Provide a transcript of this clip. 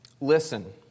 listen